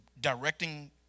directing